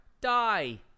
Die